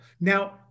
Now